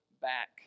back